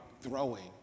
throwing